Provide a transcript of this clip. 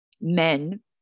men